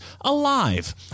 alive